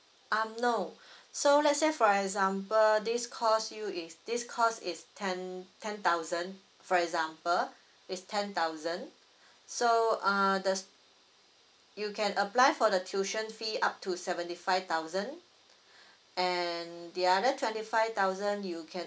um no so let's say for example this course you is this course is ten ten thousand for example is ten thousand so uh the you can apply for the tuition fee up to seventy five thousand and the other twenty five thousand you can